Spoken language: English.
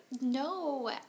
no